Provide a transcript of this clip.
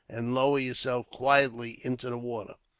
and lower yourself quietly into the water.